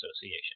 Association